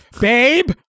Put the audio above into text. Babe